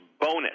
bonus